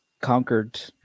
conquered